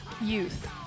Youth